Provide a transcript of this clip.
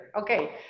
Okay